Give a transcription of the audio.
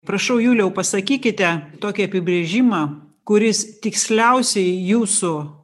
prašau juliau pasakykite tokį apibrėžimą kuris tiksliausiai jūsų